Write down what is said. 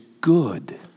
good